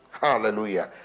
Hallelujah